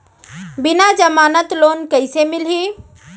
बिना जमानत लोन कइसे मिलही?